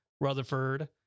Rutherford